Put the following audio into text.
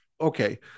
okay